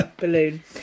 balloon